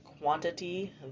quantity